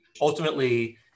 ultimately